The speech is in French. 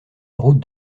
route